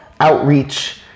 Outreach